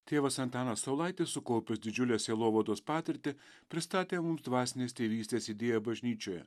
tėvas antanas saulaitis sukaupęs didžiulę sielovados patirtį pristatė mums dvasinės tėvystės idėją bažnyčioje